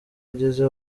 ageze